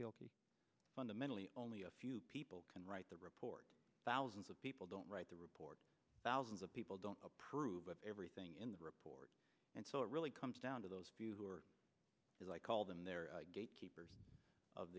with fundamentally only a few people can write the report thousands of people don't write the report thousands of people don't approve of everything in the report and so it really comes down to those who are as i call them they're gatekeepers of